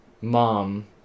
mom